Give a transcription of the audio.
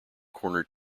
corner